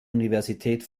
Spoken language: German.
universität